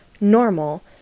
normal